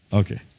okay